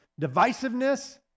divisiveness